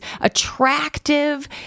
attractive